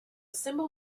symbol